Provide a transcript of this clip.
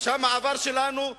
שם העבר שלנו,